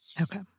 Okay